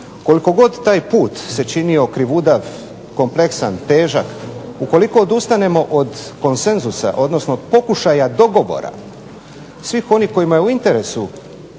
Koliko god taj put se činio krivudav, kompleksan, težak ukoliko odustanemo od konsenzusa, odnosno od pokušaja dogovora svih onih kojima je u interesu